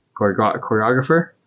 choreographer